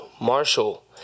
Marshall